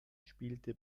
spielte